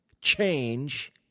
change